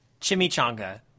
Chimichanga